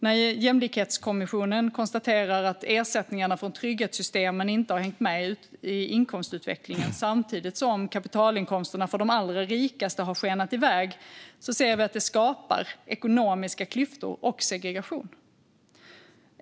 När Jämlikhetskommissionen konstaterar att ersättningarna från trygghetssystemen inte har hängt med i inkomstutvecklingen samtidigt som kapitalinkomsterna för de allra rikaste har skenat iväg ser vi att det skapar ekonomiska klyftor och segregation.